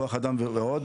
כוח אדם וכדומה.